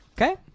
okay